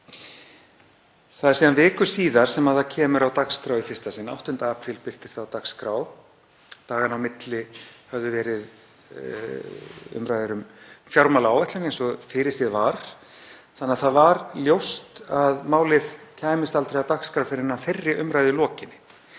Það er síðan viku síðar sem það kemur á dagskrá í fyrsta sinn, 8. apríl birtist það á dagskrá. Dagana á milli höfðu verið umræður um fjármálaáætlun, eins og fyrirséð var, þannig að það var ljóst að málið kæmist aldrei á dagskrá fyrr en að þeirri umræðu lokinni.